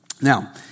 Now